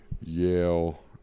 Yale